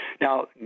Now